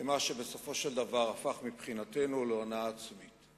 במה שבסופו של דבר הפך מבחינתנו להונאה עצמית,